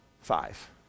five